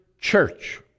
church